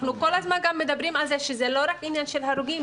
אנחנו גם כל הזמן אומרים שזה לא רק עניין של הרוגים.